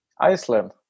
Iceland